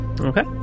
Okay